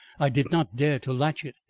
i did not dare to latch it,